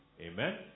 Amen